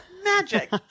magic